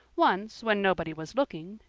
once, when nobody was looking,